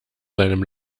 seinem